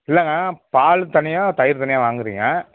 இல்லைங்க பால் தனியாக தயிர் தனியாக வாங்கிறீங்க